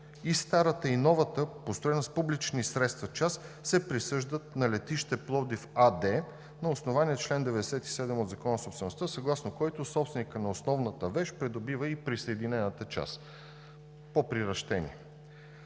и старата, и новата, построена с публични средства част, се присъждат на „Летище Пловдив“ АД на основание чл. 97 от Закона за собствеността, съгласно който собственикът на основната вещ придобива и присъединената част по приращение.